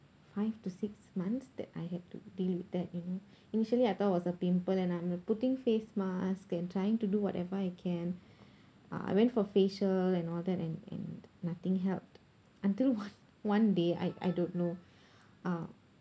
five to six months that I had to deal with that you know initially I thought was a pimple and I'm putting face mask and trying to do whatever I can uh I went for facial and all that and and nothing helped until one one day I I don't know uh